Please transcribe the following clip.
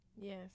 Yes